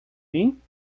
mim